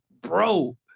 bro